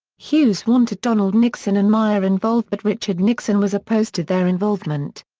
hughes wanted donald nixon and meier involved but richard nixon was opposed to their involvement.